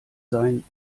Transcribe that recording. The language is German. sein